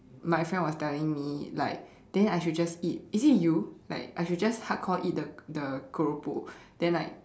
my friend was telling me like then I should just eat is it you like I should just hardcore eat the the keropok then like